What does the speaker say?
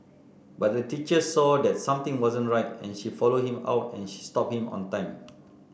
but a teacher saw that something wasn't right and she followed him out and she stopped him on time